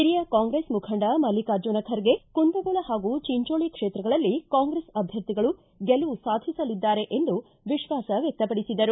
ಹಿರಿಯ ಕಾಂಗ್ರೆಸ್ ಮುಖಂಡ ಮಲ್ಲಿಕಾರ್ಜುನ ಖರ್ಗೆ ಕುಂದಗೋಳ ಹಾಗೂ ಚಿಂಚೋಳಿ ಕ್ಷೇತ್ರಗಳಲ್ಲಿ ಕಾಂಗ್ರೆಸ್ ಅಭ್ಯರ್ಥಿಗಳು ಗೆಲುವು ಸಾಧಿಸಲಿದ್ದಾರೆ ಎಂದು ವಿಶ್ವಾಸ ವ್ಯಕ್ತಪಡಿಸಿದರು